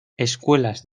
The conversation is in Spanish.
escuelas